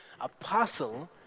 apostle